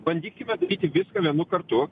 bandykime daryti viską vienu kartu